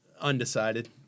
Undecided